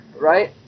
right